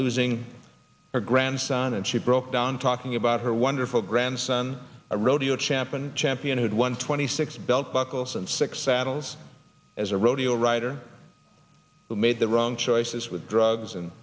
losing her grandson and she broke down talking about her wonderful grandson a rodeo champion champion who'd won twenty six belt buckles and six saddles as a rodeo rider who made the wrong choices with